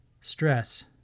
Stress